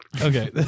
Okay